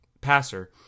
passer